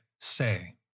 say